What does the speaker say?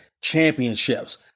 championships